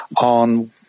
on